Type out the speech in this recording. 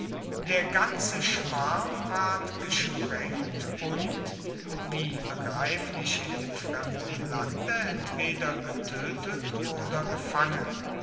der ganze schwarm ward gesprengt und wie begreiflich in dem fremden lande entweder getötet oder gefangen